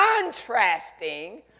contrasting